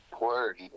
Word